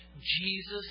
Jesus